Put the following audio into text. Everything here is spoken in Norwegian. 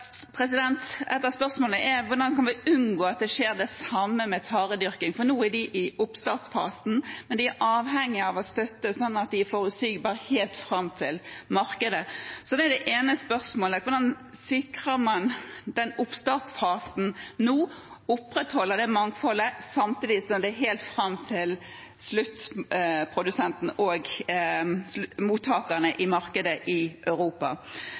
et av spørsmålene er: Hvordan kan vi unngå at det samme skjer med taredyrking? For nå er de i oppstartsfasen, men de er avhengig av støtte slik at det er forutsigbarhet helt fram til markedet. Så det er det ene spørsmålet: Hvordan sikrer man den oppstartsfasen nå – opprettholder det mangfoldet – samtidig som det gjelder helt fram til sluttprodusenten og mottakerne i markedet i Europa?